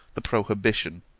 the prohibition.